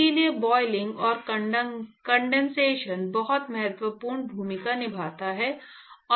इसलिए बोइलिंगऔर कंडेंसशन बहुत महत्वपूर्ण भूमिका निभाता है